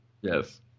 Yes